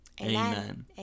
Amen